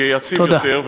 שיהיה יציב יותר,